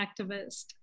activist